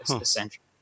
essential